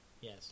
yes